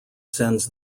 sends